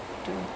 ya